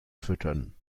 füttern